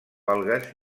algues